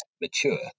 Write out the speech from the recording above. mature